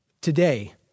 Today